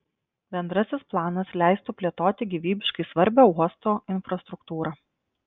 bendrasis planas leistų plėtoti gyvybiškai svarbią uosto infrastruktūrą